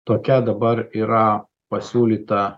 tokia dabar yra pasiūlyta